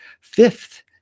fifth